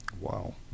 Wow